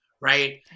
Right